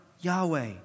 Yahweh